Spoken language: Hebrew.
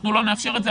אנחנו לא נאפשר את זה.